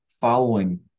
following